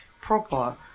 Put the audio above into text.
Proper